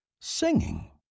singing